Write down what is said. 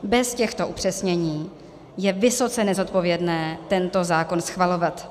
Bez těchto upřesnění je vysoce nezodpovědné tento zákon schvalovat.